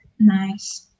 nice